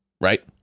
right